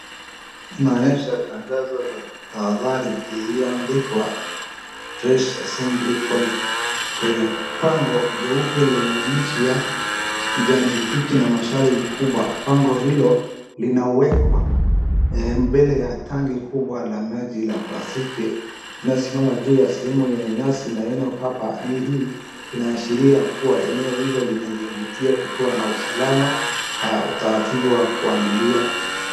Inaonyesha tangazo la tahadhari iliyoandikwa fire assembly point kwenye pango jeupe lenye maandishi ya kijani kibichi na mshale mkubwa. Pango hilo limewekwa mbele ya tangi kubwa la maji la plastiki inayosimama juu ya sehemu ya nyasi. Maneno kama haya yanaashiria kuwa eneo hilo linazingatia kutoa na usalama utaratibu wa kuandalia.